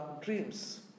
dreams